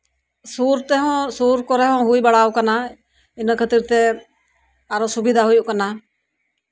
ᱥᱩᱨ ᱛᱮᱦᱚᱸ ᱥᱩᱨ ᱠᱚᱨᱮᱜ ᱦᱚᱸ ᱦᱩᱭ ᱵᱟᱲᱟᱣ ᱠᱟᱱᱟ ᱤᱱᱟᱹ ᱠᱷᱟᱹᱛᱤᱨ ᱛᱮ ᱟᱨᱚ ᱥᱩᱵᱤᱫᱷᱟ ᱦᱩᱭᱩᱜ ᱠᱟᱱᱟ